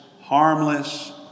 harmless